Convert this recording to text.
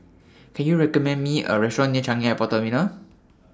Can YOU recommend Me A Restaurant near Changi Airport Terminal